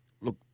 Look